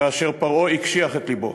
כאשר פרעה הקשיח את לבו.